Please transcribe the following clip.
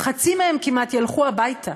חצי מהם כמעט ילכו הביתה.